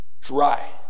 dry